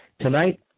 Tonight